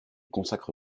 consacre